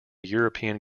european